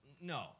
no